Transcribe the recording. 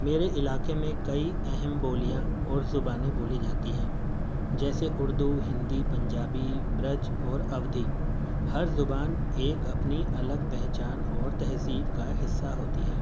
میرے علاقے میں کئی اہم بولیاں اور زبانیں بولی جاتی ہیں جیسے اردو ہندی پنجابی برج اور اودھی ہر زبان ایک اپنی الگ پہچان اور تہذیب کا حصہ ہوتی ہے